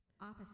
opposite